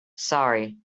sorry